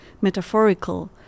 metaphorical